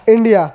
India